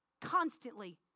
constantly